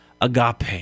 agape